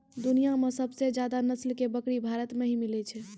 दुनिया मॅ सबसे ज्यादा नस्ल के बकरी भारत मॅ ही मिलै छै